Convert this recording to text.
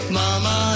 mama